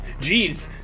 Jeez